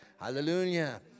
Hallelujah